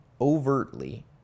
overtly